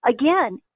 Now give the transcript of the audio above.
again